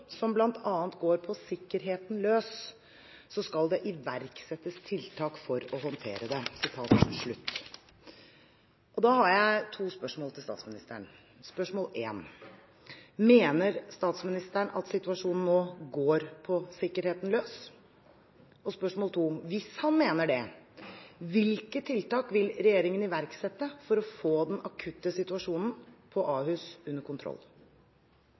som bl.a. går på sikkerheten løs, skal det iverksettes tiltak for å håndtere det.» Da har jeg to spørsmål til statsministeren: Spørsmål 1: Mener statsministeren at situasjonen nå går på sikkerheten løs? Spørsmål 2: Hvis han mener det, hvilke tiltak vil regjeringen iverksette for å få den akutte situasjonen ved Ahus under kontroll?